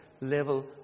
level